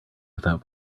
without